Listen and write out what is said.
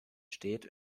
steht